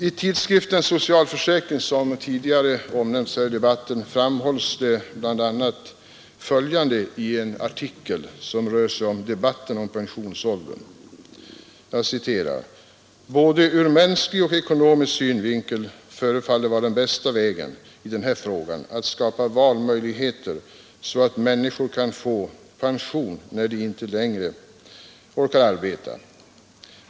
I tidskriften Socialförsäkring, som tidigare nämnts i debatten, framhålles bl.a. följande i en artikel om pensionsåldern: ”Både ur mänsklig och ekonomisk synvinkel förefaller det vara den bästa vägen i den här frågan att skapa valmöjligheter så att människor kan få pension när de inte längre orkar arbeta.